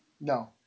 no